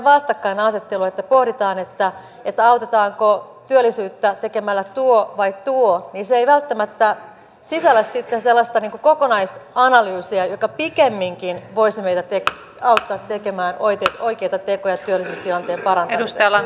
tämänkaltainen vastakkainasettelu että pohditaan autetaanko työllisyyttä tekemällä tuo vai tuo ei välttämättä sisällä sitten sellaista kokonaisanalyysia joka pikemminkin voisi meitä auttaa tekemään oikeita tekoja työllisyystilanteen parantamiseksi